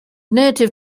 native